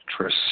Tris